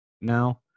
now